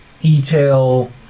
e-tail